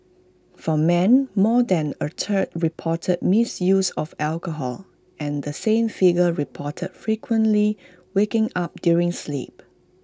for men more than A third reported misuse of alcohol and the same figure reported frequently waking up during sleep